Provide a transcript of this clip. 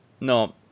no